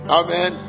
amen